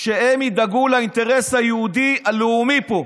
והם ידאגו לאינטרס היהודי הלאומי פה.